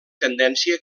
tendència